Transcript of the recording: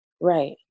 Right